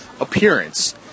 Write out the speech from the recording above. appearance